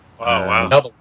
Wow